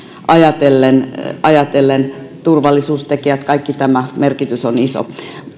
ajatellen ajatellen turvallisuustekijät kaikki tämä merkitys on iso